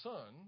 Son